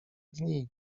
dni